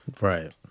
Right